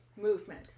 movement